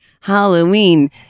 Halloween